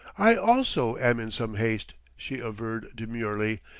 i also am in some haste, she averred demurely,